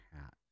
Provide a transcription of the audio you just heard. hat